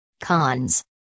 cons